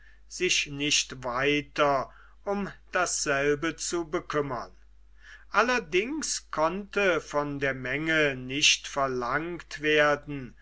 sich nicht weiter um dasselbe zu bekümmern allerdings konnte von der menge nicht verlangt werden